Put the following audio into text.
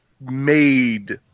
made